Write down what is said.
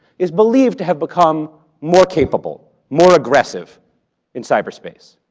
is believed to have become more capable, more aggressive in cyberspace.